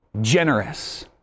generous